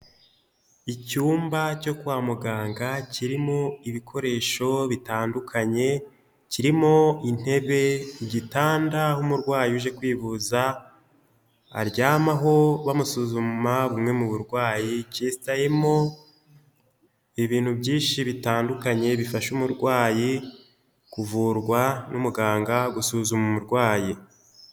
Icyumba cyo kwa muganga kirimo ibikoresho bitandukanye, kirimo intebe, igitanda aho umurwayi uje kwivuza aryamaho bamusuzuma bumwe mu burwayi, cyesitayemo ibintu byinshi bitandukanye bifasha umurwayi kuvurwa n'umuganga gusuzuma umurwayi.